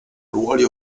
ruoli